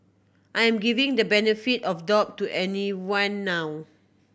I am giving the benefit of doubt to everyone now